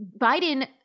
Biden